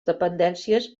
dependències